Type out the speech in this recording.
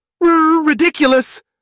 Ridiculous